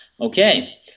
Okay